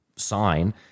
sign